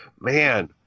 man